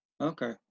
okay